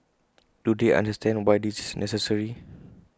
do they understand why this is necessary